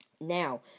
Now